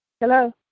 Hello